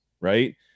Right